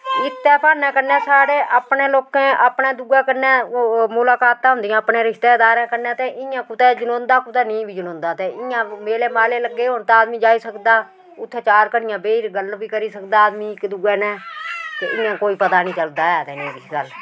इत्तै ब्हान्नै कन्नेै साढ़े अपने लोकें अपने दुए कन्नेै मुलाकातां होंदियां अपने रिश्तेदारें कन्नै ते इ'यां कुतै जनोंदा कुतै नेईं बी जनोंदा ते इ'यां मेले माले लग्गे दे होन ते आदमी जाई सकदा उत्थे चार घड़ियां बेही री गल्ल बी करी सकदा आदमी इक दुए कन्नै ते इयां कोई पता नी चलदा ऐ